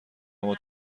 اما